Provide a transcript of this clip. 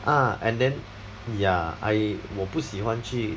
ah and then ya I 我不喜欢去